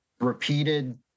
repeated